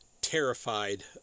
terrified